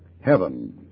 heaven